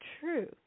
true